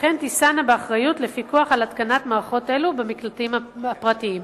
וכן תישאנה באחריות לפיקוח על התקנת מערכות אלו במקלטים הפרטיים.